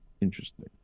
Interesting